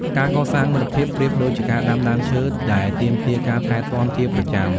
ការកសាងមិត្តភាពប្រៀបដូចជាការដាំដើមឈើ ដែលទាមទារការថែទាំជាប្រចាំ។